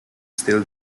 still